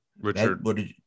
Richard